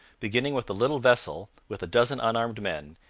beginning with a little vessel with a dozen unarmed men,